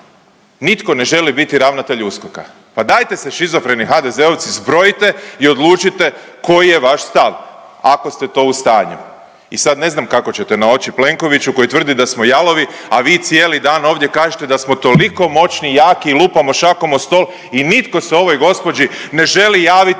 nitko ne želi biti ravnatelj USKOK-a. Pa dajte se šizofreni HDZ-ovci zbrojite i odlučite koji je vaš stav ako ste to u stanju. I sad ne znam kako ćete na oči Plenkoviću koji tvrdi da smo jalovi, a vi cijeli dan ovdje kažete da smo toliko moćni i jaki i lupamo šakom o stol i nitko se ovoj gospođi ne želi javiti